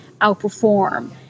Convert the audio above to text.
outperform